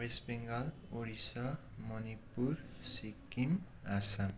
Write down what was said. West Bengal Odisha Manipur Sikkim Assam